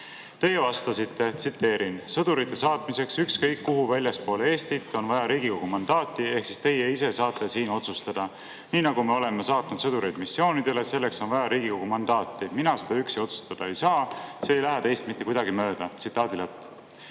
Teie vastasite, tsiteerin: "Sõdurite saatmiseks ükskõik kuhu väljaspoole Eestit on vaja Riigikogu mandaati ehk siis teie ise saate siin otsustada. Nii nagu me oleme saatnud sõdureid missioonidele, selleks on vaja Riigikogu mandaati. Mina seda üksi otsustada ei saa, see ei lähe teist mitte kuidagi mööda."Esiteks ei